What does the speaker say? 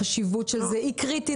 החשיבות של זה היא קריטית,